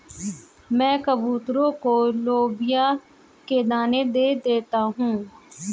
मैं कबूतरों को लोबिया के दाने दे देता हूं